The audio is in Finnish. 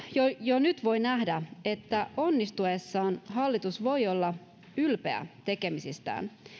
jo nyt voi nähdä että onnistuessaan hallitus voi olla ylpeä tekemisistään